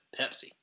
Pepsi